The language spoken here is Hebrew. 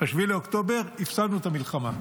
ב-7 באוקטובר הפסדנו במלחמה.